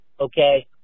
okay